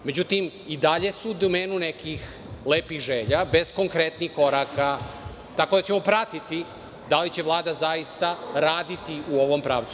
Međutim, i dalje su u domenu nekih lepih želja bez konkretnih koraka, tako da ćemo pratiti da li će Vlada zaista raditi u ovom pravcu.